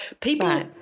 people –